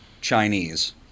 Chinese